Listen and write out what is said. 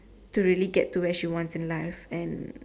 to really get to where she wants in life and